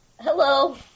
Hello